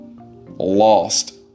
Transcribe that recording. lost